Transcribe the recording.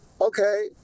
Okay